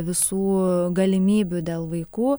visų galimybių dėl vaikų